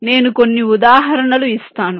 నేను కొన్ని ఉదాహరణలు ఇస్తాను